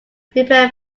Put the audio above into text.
prepare